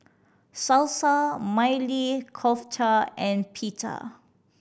Salsa Maili Kofta and Pita